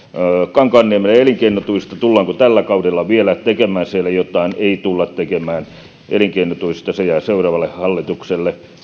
kankaanniemelle elinkeinotuista tullaanko tällä kaudella vielä tekemään siellä jotain ei tulla tekemään elinkeinotuille se jää seuraavalle hallitukselle